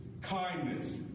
kindness